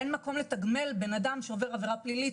אין מקום לתגמל אדם שעובר עבירה פלילית.